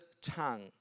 tongue